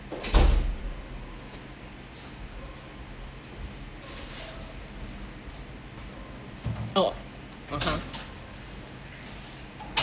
oh (uh huh)